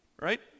right